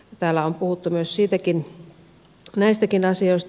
täällä on puhuttu näistäkin asioista